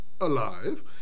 alive